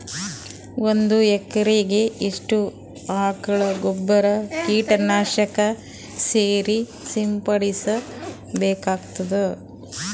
ಒಂದು ಎಕರೆಗೆ ಎಷ್ಟು ಆಕಳ ಗೊಬ್ಬರ ಕೀಟನಾಶಕ ಸೇರಿಸಿ ಸಿಂಪಡಸಬೇಕಾಗತದಾ?